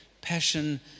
passion